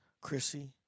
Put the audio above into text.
Chrissy